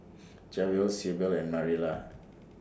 Javen Sybil and Marilla